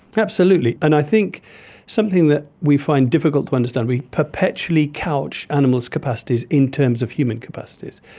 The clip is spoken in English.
absolutely, and i think something that we find difficult to understand, we perpetually couch animals' capacities in terms of human capacities.